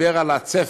דיברו על הצפי,